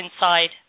inside